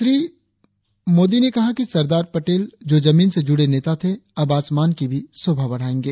श्री मोदी ने कहा कि सरकार पटेल जो जमीन से जुड़े नेता थे अब आसमान की भी शोभा बढ़ाएंगे